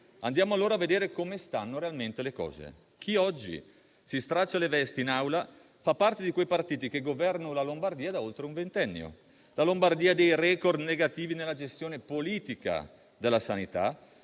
Andiamo, allora, a vedere come stanno realmente le cose. Chi oggi si straccia le vesti in Aula fa parte di quei partiti che governano la Lombardia da oltre un ventennio; la Lombardia dei *record* negativi nella gestione politica della sanità,